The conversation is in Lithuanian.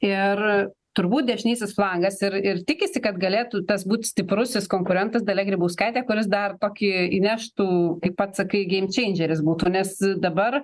ir turbūt dešinysis flangas ir ir tikisi kad galėtų tas būt stiprusis konkurentas dalia grybauskaitė kuris dar tokie įneštų kaip pats sakai geimčeidžeris būtų nes dabar